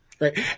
Right